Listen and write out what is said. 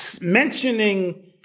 Mentioning